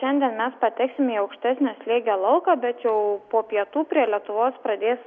šiandien mes pateksim į aukštesnio slėgio lauką bet jau po pietų prie lietuvos pradės